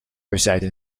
resides